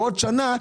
בעוד שנה,